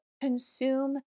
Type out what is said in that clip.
consume